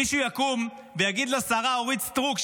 מישהו יקום ויגיד לשרה אורית סטרוק,